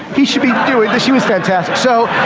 he should be doing this. she was fantastic. so